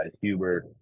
Hubert